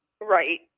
Right